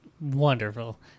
Wonderful